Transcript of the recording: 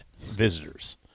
visitors